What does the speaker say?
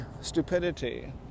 stupidity